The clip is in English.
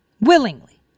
willingly